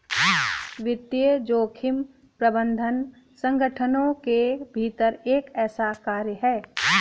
वित्तीय जोखिम प्रबंधन संगठनों के भीतर एक ऐसा कार्य है